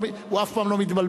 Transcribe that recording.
הוא אף פעם לא מתבלבל.